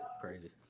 Crazy